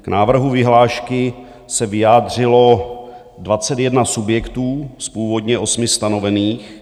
K návrhu vyhlášky se vyjádřilo 21 subjektů z původně 8 stanovených.